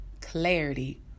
clarity